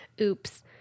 oops